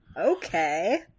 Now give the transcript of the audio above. Okay